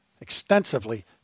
extensively